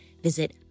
Visit